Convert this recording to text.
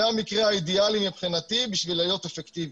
זה המקרה האידיאלי מבחינתי בשביל להיות אפקטיבי.